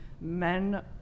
men